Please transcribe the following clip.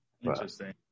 Interesting